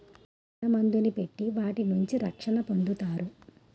ఎలకల మందుని పెట్టి వాటి నుంచి రక్షణ పొందుతారు